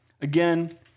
again